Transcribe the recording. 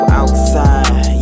outside